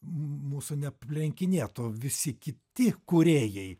mūsų neaplenkinėtų visi kiti kūrėjai